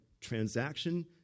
transaction